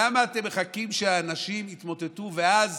למה אתם מחכים שאנשים יתמוטטו ואז